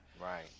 Right